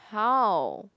how